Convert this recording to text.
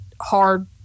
hard